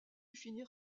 finir